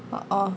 uh uh